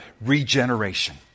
regeneration